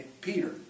Peter